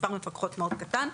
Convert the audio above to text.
מספר מפקחות מאד קטן,